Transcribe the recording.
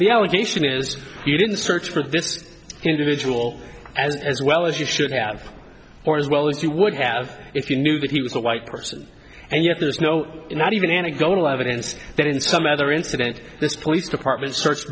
the allegation is you didn't search for this individual as as well as you should have or as well as you would have if you knew that he was a white person and yet there is no not even anecdotal evidence that in some other incident this police department search